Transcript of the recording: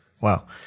Wow